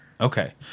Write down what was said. Okay